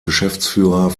geschäftsführer